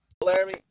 Laramie